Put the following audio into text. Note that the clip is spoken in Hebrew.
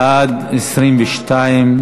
בעד, 22,